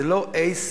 זה לא עסק,